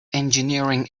engineering